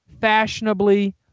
fashionably